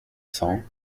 cents